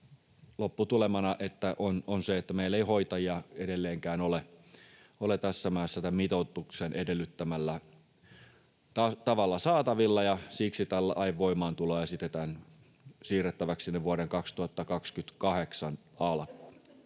lopputulemana, että meillä ei hoitajia edelleenkään ole tässä maassa tämän mitoituksen edellyttämällä tavalla saatavilla. Siksi tämän lain voimaantuloa esitetään siirrettäväksi vuoden 2028 alkuun.